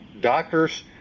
doctors